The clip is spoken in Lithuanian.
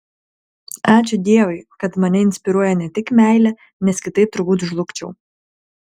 ačiū dievui kad mane inspiruoja ne tik meilė nes kitaip turbūt žlugčiau